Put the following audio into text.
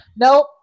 nope